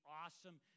awesome